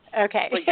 Okay